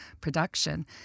production